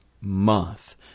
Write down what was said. month